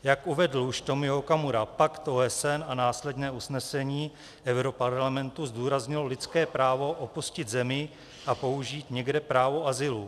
Jak uvedl už Tomio Okamura, pakt OSN a následné usnesení europarlamentu zdůraznilo lidské právo opustit zemi a použít někde právo azylu.